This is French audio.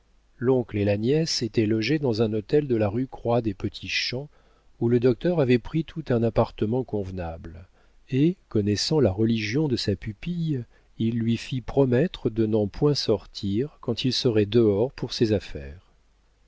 l'oncle et la nièce étaient logés dans un hôtel de la rue croix des petits champs où le docteur avait pris tout un appartement convenable et connaissant la religion de sa pupille il lui fit promettre de n'en point sortir quand il serait dehors pour ses affaires